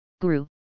guru